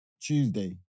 Tuesday